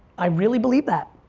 i really believe that.